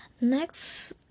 next